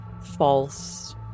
false